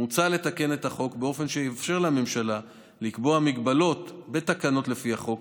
מוצע לתקן את החוק באופן שיאפשר לממשלה לקבוע הגבלות בתקנות לפי החוק